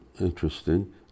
interesting